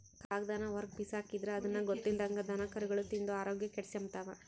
ಕಾಗದಾನ ಹೊರುಗ್ಬಿಸಾಕಿದ್ರ ಅದುನ್ನ ಗೊತ್ತಿಲ್ದಂಗ ದನಕರುಗುಳು ತಿಂದು ಆರೋಗ್ಯ ಕೆಡಿಸೆಂಬ್ತವ